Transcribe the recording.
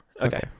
Okay